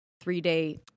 three-day